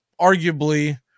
arguably